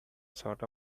short